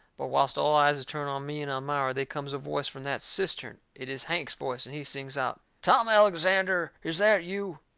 but whilst all eyes is turned on me and elmira, they comes a voice from that cistern. it is hank's voice, and he sings out tom alexander, is that you?